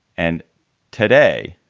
and today.